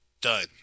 Done